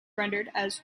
rendered